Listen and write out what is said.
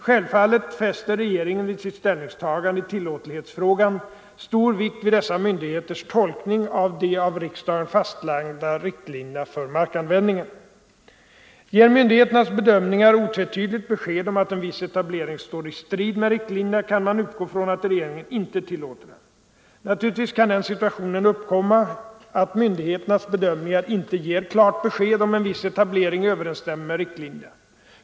Självfallet fäster regeringen vid sitt ställningstagande i tillåtlighetsfrågan stor vikt vid dessa myndigheters tolkning av de av riksdagen fastlagda riktlinjerna för markanvändningen. Ger myndigheternas bedömningar otvetydigt besked om att en viss etablering står i strid med riktlinjerna kan man utgå från att regeringen inte tillåter den. Naturligtvis kan den situationen uppkomma att myndigheternas bedömningar inte ger klart besked om en viss etablering överensstämmer med riktlinjerna.